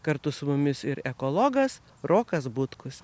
kartu su mumis ir ekologas rokas butkus